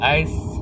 ice